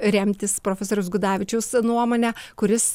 remtis profesoriaus gudavičiaus nuomone kuris